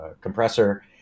compressor